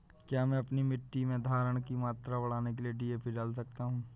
क्या मैं अपनी मिट्टी में धारण की मात्रा बढ़ाने के लिए डी.ए.पी डाल सकता हूँ?